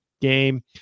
game